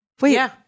Wait